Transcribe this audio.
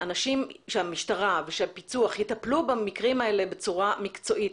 שהמשטרה והפיצו"ח יטפלו במקרים האלה בצורה מקצועית.